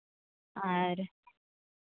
ᱟᱨ